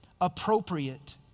appropriate